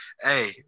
hey